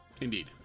Indeed